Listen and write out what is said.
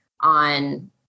on